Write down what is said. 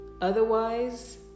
Otherwise